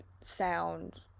sound